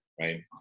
Right